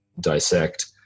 dissect